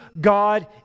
God